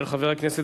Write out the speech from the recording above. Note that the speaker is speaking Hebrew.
של חברת הכנסת